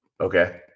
Okay